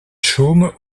chaumes